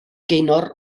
gaynor